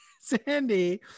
Sandy